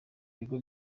ibigo